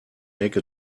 make